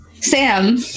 Sam